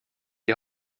die